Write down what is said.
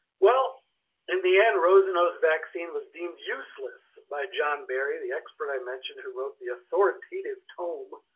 well in the end, rosenow vaccine was deemed useless by john berry, the expert i mentioned who wrote the authoritative tome,